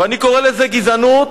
ואני קורא לזה "גזענות"